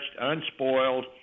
unspoiled